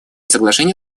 соглашение